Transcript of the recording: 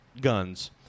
guns